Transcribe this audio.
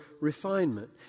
refinement